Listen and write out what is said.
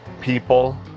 People